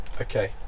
okay